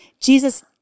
Jesus